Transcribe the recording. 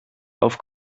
auf